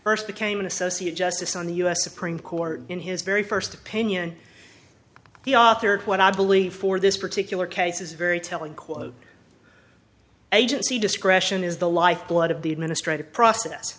first became an associate justice on the u s supreme court in his very first opinion he authored what i believe for this particular case is very telling quote agency discretion is the lifeblood of the administrative pro